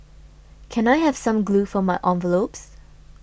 can I have some glue for my envelopes